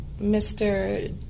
Mr